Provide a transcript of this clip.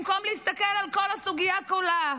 במקום להסתכל על כל הסוגיה כולה.